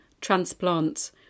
transplant